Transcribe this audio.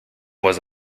was